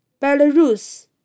Belarus